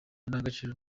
ndangagaciro